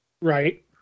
Right